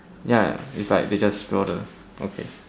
ya it's like they just draw the okay